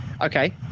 Okay